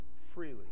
freely